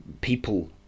People